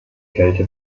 kälte